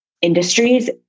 industries